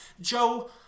Joe